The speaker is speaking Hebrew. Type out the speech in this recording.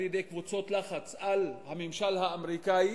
על-ידי קבוצות לחץ על הממשל האמריקני,